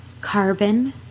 carbon